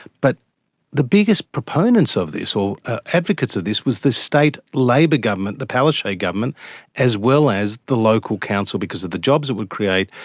but the biggest proponents of this or advocates of this was the state labor government the palaszczuk government as well as the local council because of the jobs it would create,